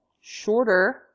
Shorter